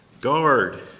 guard